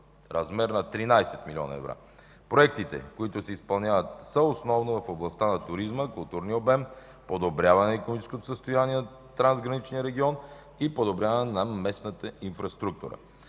размер на 13 млн. евро. Проектите, които се изпълняват, са основно в областта на туризма, културния обмен, подобряване на икономическото състояние на трансграничния регион и подобряване на местната инфраструктура.